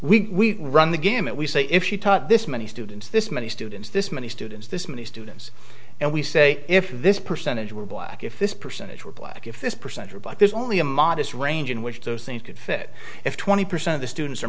but we run the gamut we say if you taught this many students this many students this many students this many students and we say if this percentage were black if this percentage were black if this percent are black there's only a modest range in which those things could fit if twenty percent of the students are